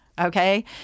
okay